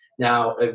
Now